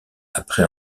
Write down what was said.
après